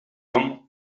young